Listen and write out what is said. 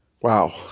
wow